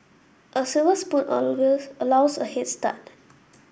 a silver spoon allows a head start